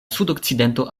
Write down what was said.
sudokcidento